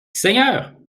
seigneur